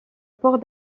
port